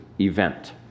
event